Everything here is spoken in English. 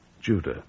Judah